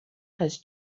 has